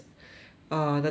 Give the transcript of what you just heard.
uh the thing is the bag